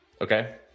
Okay